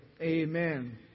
Amen